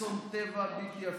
אסון טבע בלתי הפיך?